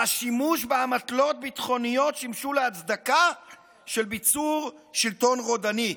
והשימוש באמתלות ביטחוניות שימשו להצדקה של ביצור שלטון רודני.